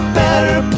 better